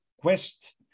quest